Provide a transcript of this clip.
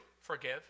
Forgive